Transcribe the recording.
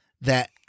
that-